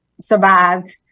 survived